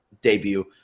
debut